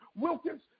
Wilkins